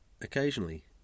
Occasionally